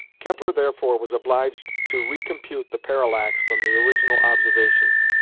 kepler therefore was obliged to recompute the parallax from the original observations,